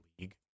league